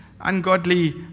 ungodly